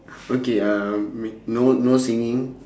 okay um m~ no no singing